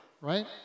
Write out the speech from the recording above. right